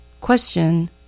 Question